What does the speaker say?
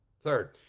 Third